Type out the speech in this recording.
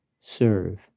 serve